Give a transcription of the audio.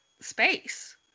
space